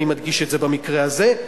אני מדגיש את זה במקרה הזה,